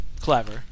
clever